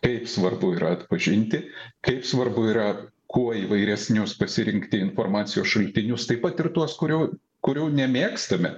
kaip svarbu yra atpažinti kaip svarbu yra kuo įvairesnius pasirinkti informacijos šaltinius taip pat ir tuos kurių kurių nemėgstame